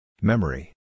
Memory